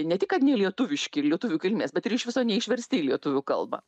ne tik kad nelietuviški ir lietuvių kilmės bet ir iš viso neišversti į lietuvių kalbą